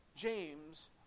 james